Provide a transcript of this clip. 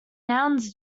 nouns